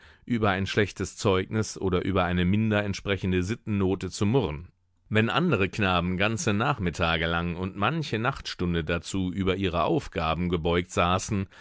über ein schlechtes zeugnis oder über eine minder entsprechende sittennote zu murren wenn andere knaben ganze nachmittage lang und manche nachtstunde dazu über ihre aufgaben gebeugt saßen